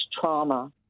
trauma